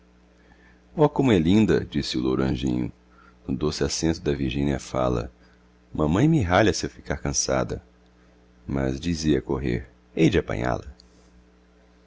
oh como é linda disse o louro anjinho no doce acento da virgínea fala mamãe me ralha se eu ficar cansada mas dizia a correr hei de